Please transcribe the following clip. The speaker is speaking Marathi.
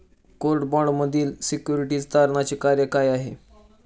कोर्ट बाँडमधील सिक्युरिटीज तारणाचे कार्य काय आहे?